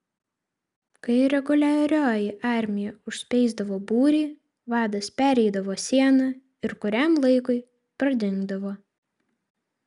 kai reguliarioji armija užspeisdavo būrį vadas pereidavo sieną ir kuriam laikui pradingdavo